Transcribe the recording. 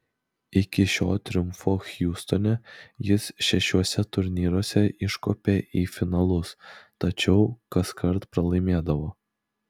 iki šio triumfo hjustone jis šešiuose turnyruose iškopė į finalus tačiau kaskart pralaimėdavo